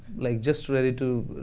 like just ready to